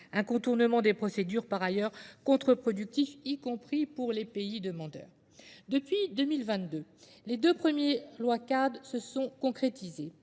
Un contournement des procédures par ailleurs contre-productifs, y compris pour les pays demandeurs. Depuis 2022, Les deux premières lois CAD se sont concrétisées.